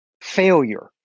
failure